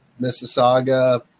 Mississauga